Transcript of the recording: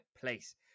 place